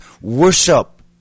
worship